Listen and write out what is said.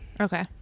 Okay